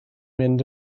mynd